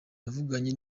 navuganye